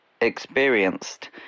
experienced